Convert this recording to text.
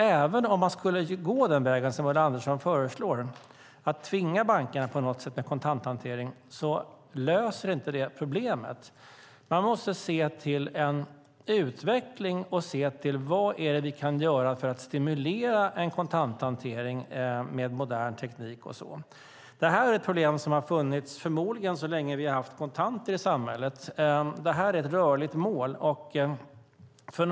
Även om man skulle gå den vägen som Ulla Andersson föreslår och tvinga bankerna att ha kontanthantering löser det alltså inte problemet. Man måste se till en utveckling och se till vad vi kan göra för att stimulera en kontanthantering med modern teknik. Det här är ett problem som har funnits förmodligen lika länge som vi har haft kontanter i samhället. Det är ett rörligt mål.